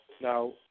Now